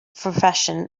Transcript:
profession